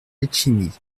letchimy